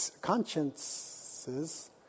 consciences